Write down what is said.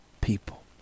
people